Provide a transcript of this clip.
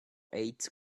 eight